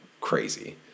crazy